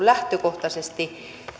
lähtökohtaisesti